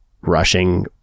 rushing